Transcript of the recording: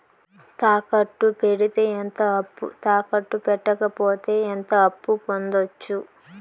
తాకట్టు పెడితే ఎంత అప్పు, తాకట్టు పెట్టకపోతే ఎంత అప్పు పొందొచ్చు?